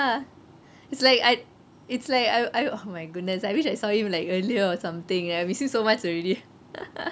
its like I~ it's like I oh my goodness I wish I saw him like earlier or something I miss him so much already